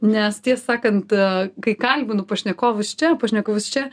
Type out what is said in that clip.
nes tiesą sakant kai kalbinu pašnekovus čia pašnekovus čia